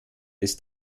ist